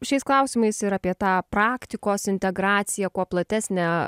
šiais klausimais ir apie tą praktikos integraciją kuo platesnę